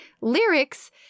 lyrics